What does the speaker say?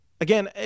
again